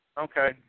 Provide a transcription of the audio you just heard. okay